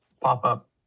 pop-up